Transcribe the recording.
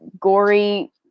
gory